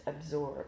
absorb